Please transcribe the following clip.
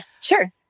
sure